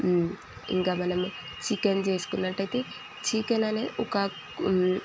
ఇంకా మనము చికెన్ చేసుకున్నట్టయితే చికెన్ అనే ఒక